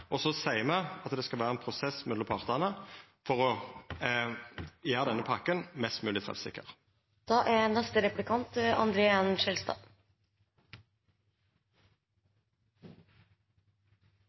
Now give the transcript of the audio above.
og så seier me at det skal vera ein prosess mellom partane for å gjera pakka mest mogleg treffsikker. Det er